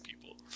people